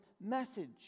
message